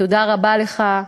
תודה רבה לך,